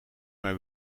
mij